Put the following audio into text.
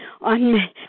on